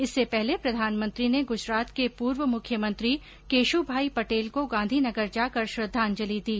इससे पहले प्रधानमंत्री ने गुजरात के पूर्व मुख्यमंत्री केशुभाई पटेल को गांधीनगर जाकर श्रद्वांजलि दी